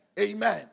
Amen